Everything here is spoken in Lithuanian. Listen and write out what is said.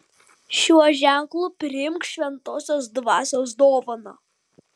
šiuo ženklu priimk šventosios dvasios dovaną